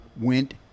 went